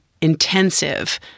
intensive